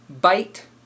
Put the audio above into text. bite